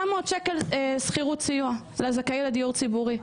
700 שקלים סיוע לזכאים לדיור ציבורי.